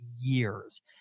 years